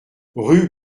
rue